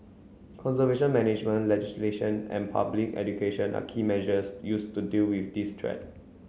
conservation management legislation and public education are key measures used to deal with this threat